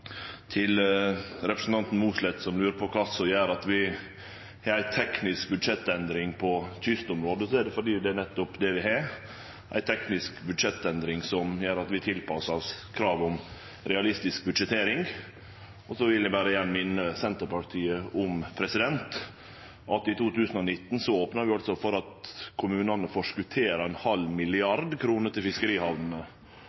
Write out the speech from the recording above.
Til representanten Mossleth, som lurer på kva det er som gjer at vi har ei teknisk budsjettendring på kystområdet: Det er fordi det er nettopp det vi har – ei teknisk budsjettendring som gjer at vi tilpassar oss kravet om realistisk budsjettering. Så vil eg berre igjen minne Senterpartiet om at vi i 2019 opna for at kommunane kunne forskottere 0,5 mrd. kr til fiskerihamnene, for at